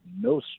no